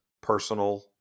personal